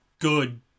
good